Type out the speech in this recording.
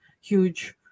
huge